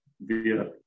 via